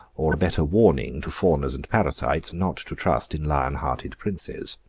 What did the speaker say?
or a better warning to fawners and parasites not to trust in lion-hearted princes.